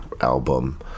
album